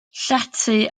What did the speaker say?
llety